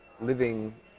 living